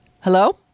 Hello